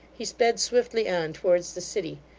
he sped swiftly on towards the city,